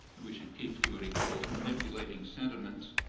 we should keep, to what he calls, manipulating sentiment,